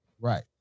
Right